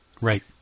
Right